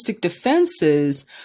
defenses